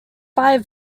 five